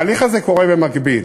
ההליך הזה קורה במקביל.